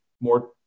more